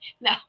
No